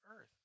earth